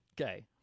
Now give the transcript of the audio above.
Okay